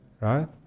Right